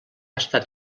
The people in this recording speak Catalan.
estat